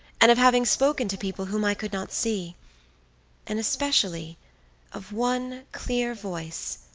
and of having spoken to people whom i could not see and especially of one clear voice,